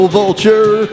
vulture